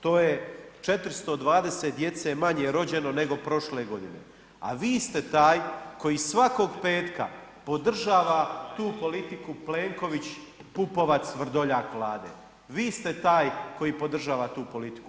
To je 420 djece manje je rođeno nego prošle godine a vi ste taj koji svakog petka podržava tu politiku Plenković, Pupovac, Vrdoljak vlade, vi ste taj koji podržava tu politiku.